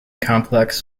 complex